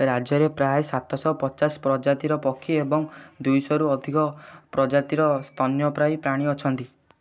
ରାଜ୍ୟରେ ପ୍ରାୟ ସାତଶହ ପଚାଶ ପ୍ରଜାତିର ପକ୍ଷୀ ଏବଂ ଦୁଇଶହରୁ ଅଧିକ ପ୍ରଜାତିର ସ୍ତନ୍ୟପାୟୀ ପ୍ରାଣୀ ଅଛନ୍ତି